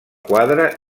quadre